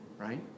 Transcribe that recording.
Right